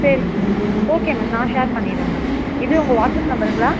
சரி okay ma'am நான் share பண்ணிடுறேன் மேம் இது உங்கள் வாட்ஸ்அப் நம்பருங்களா